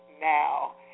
now